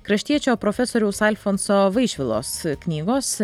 kraštiečio profesoriaus alfonso vaišvilos knygos